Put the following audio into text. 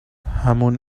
همون